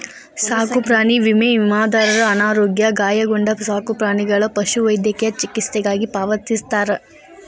ಸಾಕುಪ್ರಾಣಿ ವಿಮೆ ವಿಮಾದಾರರ ಅನಾರೋಗ್ಯ ಗಾಯಗೊಂಡ ಸಾಕುಪ್ರಾಣಿಗಳ ಪಶುವೈದ್ಯಕೇಯ ಚಿಕಿತ್ಸೆಗಾಗಿ ಪಾವತಿಸ್ತಾರ